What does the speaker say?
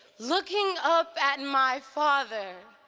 looking up at and my father.